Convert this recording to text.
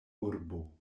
urbo